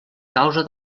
causa